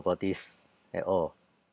about this at all